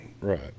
right